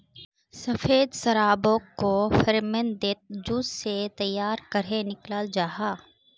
सफ़ेद शराबोक को फेर्मेंतेद जूस से तैयार करेह निक्लाल जाहा